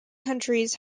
countries